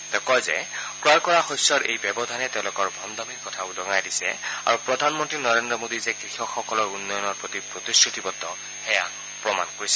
তেওঁ কয় যে ক্ৰয় কৰা শস্যৰ এই ব্যৱধানে তেওঁলোকৰ ভণ্ডামিৰ কথা উদঙাই দিছে আৰু প্ৰধানমন্ত্ৰী নৰেন্দ্ৰ মোডী যে কৃষকসকলৰ উন্নয়নৰ প্ৰতি প্ৰতিশ্ৰুতিবদ্ধ সেয়া প্ৰমাণ কৰিছে